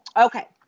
Okay